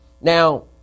Now